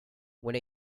when